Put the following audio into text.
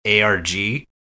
ARG